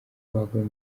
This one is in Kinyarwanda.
baguye